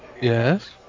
Yes